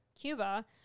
Cuba